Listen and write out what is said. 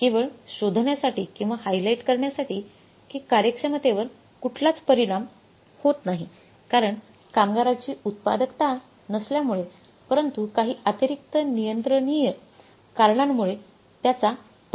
केवळ शोधण्यासाठी किंवा हायलाइट करण्यासाठी की कार्यक्षमतेवर कुठलाच परिमाण होत नाही कारण कामगाराची उत्पादकता नसल्यामुळे परंतु काही अतिरिक्त नियंत्रणीय कारणांमुळे त्याचा परिणाम होतो